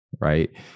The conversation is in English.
right